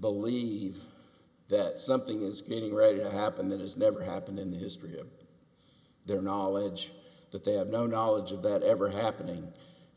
believe that something is getting ready to happen that has never happened in the history of their knowledge that they have no knowledge of that ever happening